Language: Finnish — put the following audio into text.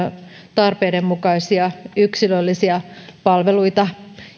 tarpeiden mukaisia yksilöllisiä palveluita